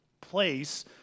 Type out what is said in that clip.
place